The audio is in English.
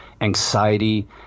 anxiety